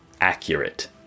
accurate